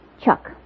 Chuck